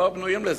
לא בנויים לזה.